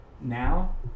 now